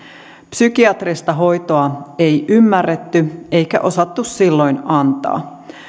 psykiatrista hoitoa ei ymmärretty eikä osattu silloin antaa